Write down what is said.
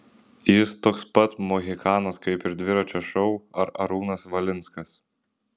jis toks pat mohikanas kaip ir dviračio šou ar arūnas valinskas